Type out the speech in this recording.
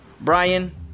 Brian